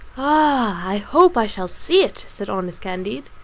ah! i hope i shall see it, said honest candide.